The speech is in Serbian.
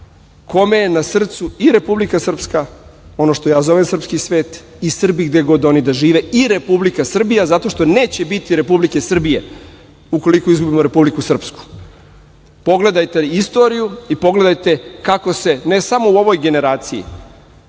kome je na srcu i Republika Srpska, ono što ja zovem srpski svet, i Srbi gde god oni da žive, i Republika Srbija, zato što neće biti Republike Srbije ukoliko izgubimo Republike Srpsku. Pogledajte istoriju kako se, ne samo u ovoj generaciji,